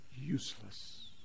useless